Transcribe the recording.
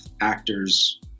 actors